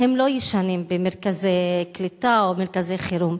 הם לא ישנים במרכזי קליטה או מרכזי חירום.